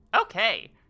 Okay